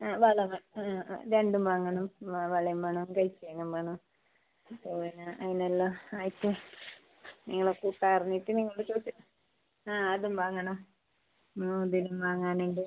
ആ വളകൾ ആ രണ്ടും വാങ്ങണം ആ വളയും വേണം കൈ ചെയിനും വേണം ആ പിന്നെ അതിനെല്ലാം ആയിട്ട് നിങ്ങളെ കൂട്ടാർന്ന്ഞ്ഞിറ്റ് നിങ്ങൾ ചോദിച്ചത് ആ അതും വാങ്ങണം മോതിരം വാങ്ങാനുണ്ട്